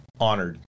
honored